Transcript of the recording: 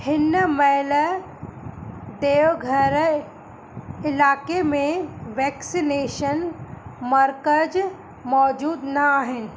हिन महिल देवघर इलाइक़े में वैक्सनेशन मर्कज़ मौजूदु न आहिनि